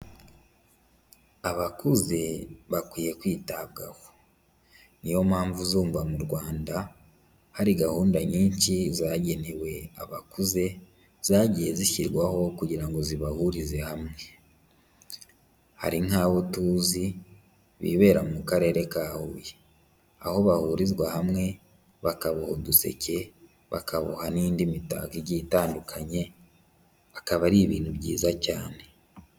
Abakuze bakwiye kwitabwaho, ni yo mpamvu uzumva mu Rwanda hari gahunda nyinshi zagenewe abakuze zagiye zishyirwaho kugira ngo zibahurize hamwe, hari nk'abo tuzi bibera mu karere ka Huye, aho bahurizwa hamwe bakaboha uduseke, bakaboha n'indi mitako igiye itandukanye, akaba ari ibintu byiza cyane.